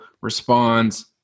responds